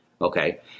okay